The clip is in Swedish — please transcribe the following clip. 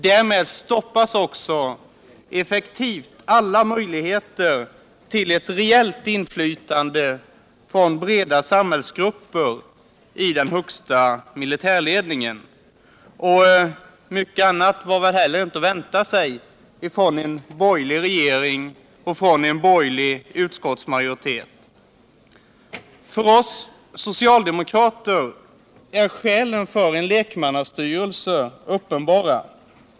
Därmed stoppas effektivt alla möjligheter till ett reellt inflytande från breda samhällsgrupper i den högsta militärledningen. Mycket annat var väl heller inte att vänta sig från en borgerlig regering och från en borgerlig utskottsmajoritet. För oss socialdemokrater är skälen för en lekmannastyrelse uppenbara.